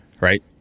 right